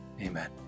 amen